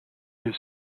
his